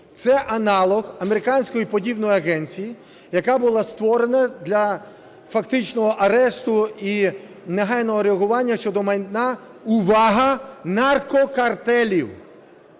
Це аналог американської подібної агенції, яка була створена для фактичного арешту і негайного реагування щодо майна, увага, наркокартелів.